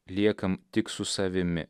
liekam tik su savimi